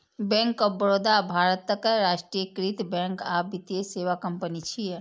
bank of Baroda भारतक राष्ट्रीयकृत bank आ वित्तीय सेवा कंपनी छियै